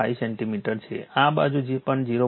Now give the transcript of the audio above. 5 centimetre છે આ બાજુ પણ 0